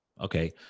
okay